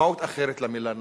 משמעות אחרת למלה "נחת",